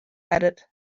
edit